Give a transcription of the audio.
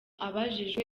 abajijwe